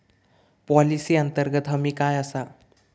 Policy अंतर्गत हमी काय आसा?